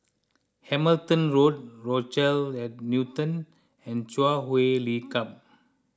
Hamilton Road Rochelle at Newton and Chui Huay Lim Club